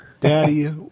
Daddy